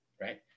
right